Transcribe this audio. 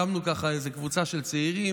הקמנו איזו קבוצה של צעירים,